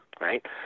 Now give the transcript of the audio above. right